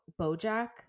Bojack